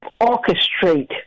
orchestrate